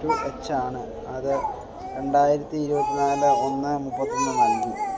to H ആണ് അത് രണ്ടായിരത്തി ഇരുപത്തിനാല് ഒന്ന് മുപ്പത്തൊന്നിന് നല്കി